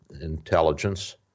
intelligence